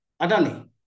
Adani